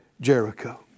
Jericho